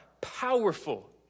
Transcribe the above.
powerful